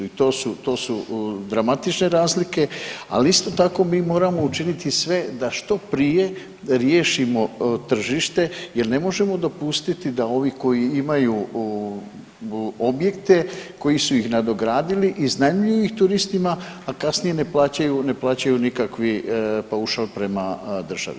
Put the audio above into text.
To su dramatične razlike, ali isto tako mi moramo učiniti sve da što prije riješimo tržište jer ne možemo dopustiti da ovi koji imaju objekte, koji su ih nadogradili, iznajmljuju ih turistima, a kasnije ne plaćaju nikakav paušal prema državi.